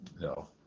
No